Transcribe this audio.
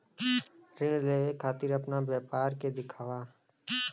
ऋण लेवे के खातिर अपना व्यापार के दिखावा?